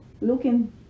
looking